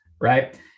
right